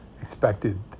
expected